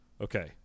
Okay